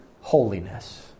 holiness